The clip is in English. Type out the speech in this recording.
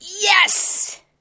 Yes